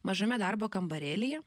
mažame darbo kambarėlyje